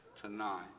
tonight